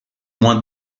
moins